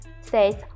says